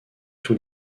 tous